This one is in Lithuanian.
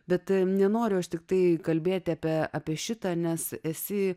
bet nenoriu aš tiktai kalbėti apie apie šitą nes esi